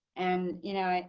and you know, i,